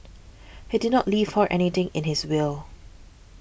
he did not leave her anything in his will